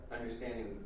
Understanding